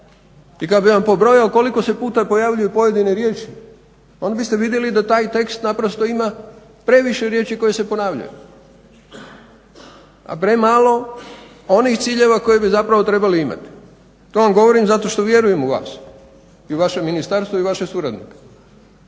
i kada bi vam pobrojao koliko puta pojavljuju pojedine riječi onda biste vidjeli da taj tekst naprosto ima previše riječi koje se ponavljaju, a premalo onih ciljeva koji bi trebali imati. To vam govorim zato što vjerujem u vas, u vaše ministarstvo i vaše suradnike.